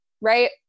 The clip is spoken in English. right